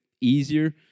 easier